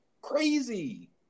crazy